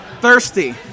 thirsty